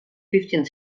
fyftjin